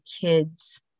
kids